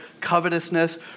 covetousness